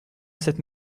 cette